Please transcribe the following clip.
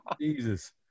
Jesus